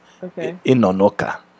Inonoka